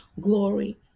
glory